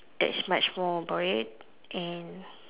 that's much more about it and